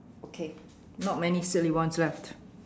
okay not many silly ones left